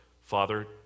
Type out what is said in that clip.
Father